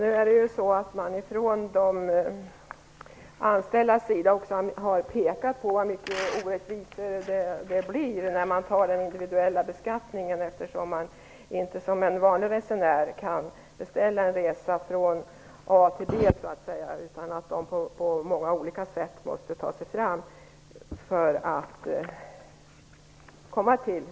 Herr talman! Man har från de anställdas sida också pekat på hur orättvist det blir vid individuell beskattning. En vanlig resenär kan ju beställa en resa från A till B. För de anställda kan det dock bli nödvändigt att ta sig fram på många olika sätt för att komma till B.